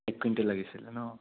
এক কুইণ্টল লাগিছিলে ন